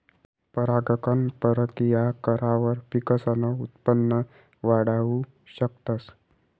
परागकण परकिया करावर पिकसनं उत्पन वाढाऊ शकतस